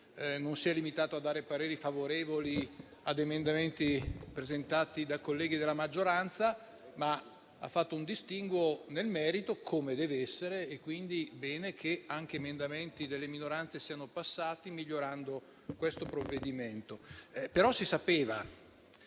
non si è limitato a dare pareri favorevoli agli emendamenti presentati dai colleghi della maggioranza, ma ha fatto un distinguo nel merito, come dev'essere. Va bene quindi che anche emendamenti delle minoranze siano passati, migliorando questo provvedimento. Si sapeva